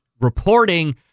reporting